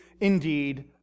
indeed